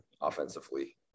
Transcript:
offensively